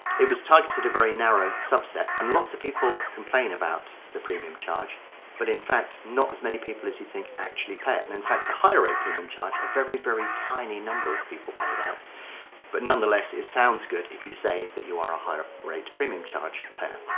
it was targeted a very narrow subset and lots of people complain about the premium charge but in fact not as many people as you think actually pet and in fact the higher rate premium charged a very very tiny number of people pay that but nonetheless it sounds good if you say that you are a higher rate premium charge pair